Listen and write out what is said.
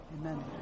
Amen